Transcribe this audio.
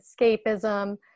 escapism